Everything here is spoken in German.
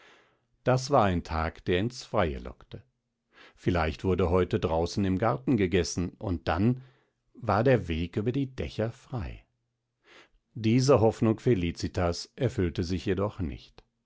das war ein tag der ins freie lockte vielleicht wurde heute draußen im garten gegessen und dann war der weg über die dächer frei diese hoffnung felicitas erfüllte sich jedoch nicht